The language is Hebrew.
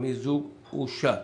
המיזוג אושר.